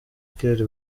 claire